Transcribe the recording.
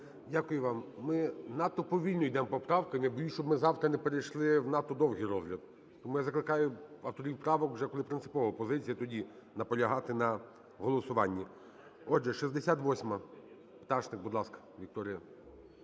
Дякую вам. Ми надто повільно йдемо по поправках. Надіюся, щоб ми завтра не перейшли в надто довгий розгляд. Тому я закликаю авторів правок: вже коли принципова позиція, тоді наполягати на голосуванні. Отже, 68-а. Пташник, будь ласка, Вікторія.